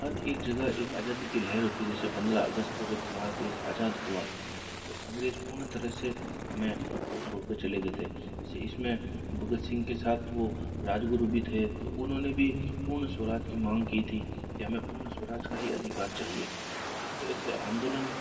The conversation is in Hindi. हर एक जगह एक आजादी के लहर होती जैसे पंद्रह अगस्त को जब हमारा देश आजाद हुआ तो अंग्रेज पूर्ण तरह से हमें वो छोड़कर चले गए थे इसमें भगत सिंह के साथ वो राजगुरु भी थे तो उन्होंने भी पूर्ण स्वराज्य माँग की थी कि हमें पूर्ण स्वराज्य का ही अधिकार चाहिए तो इस तरह से आन्दोलन